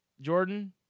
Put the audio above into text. Jordan